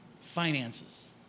Finances